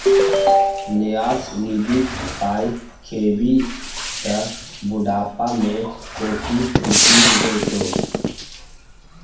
न्यास निधिक पाय खेभी त बुढ़ापामे कोढ़ि फुटि जेतौ